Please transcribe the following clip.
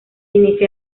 inicia